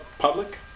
Public